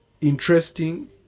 interesting